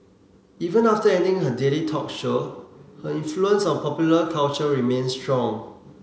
even after ending her daily talk show her influence on popular culture remains strong